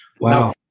Wow